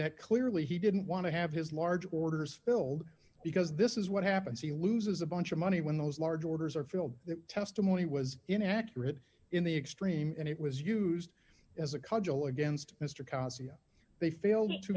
that clearly he didn't want to have his large orders filled because this is what happens he loses a bunch of money when those large orders are filled that testimony was inaccurate in the extreme and it was used as a cudgel against mr cossey if they fail to